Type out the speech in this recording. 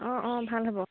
অঁ অঁ ভাল হ'ব